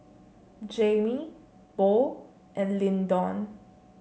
Jamie Bo and Lyndon